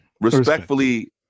Respectfully